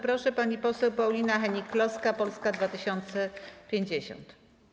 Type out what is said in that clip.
Proszę, pani poseł Paulina Hennig-Kloska, Polska 2050.